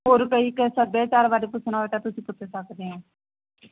ਹੋਰ ਕਈ ਸੱਭਿਆਚਾਰ ਬਾਰੇ ਪੁਛਣਾ ਹੋਵੇ ਤਾਂ ਤੁਸੀਂ ਪੁੱਛ ਸਕਦੇ ਹੋ